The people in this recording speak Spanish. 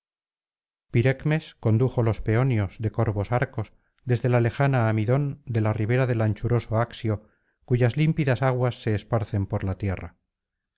pirecmes condujo los peonios de corvos arcos desde la lejana amidón de la ribera del anchuroso axio cuyas límpidas aguas se esparcen por la tierra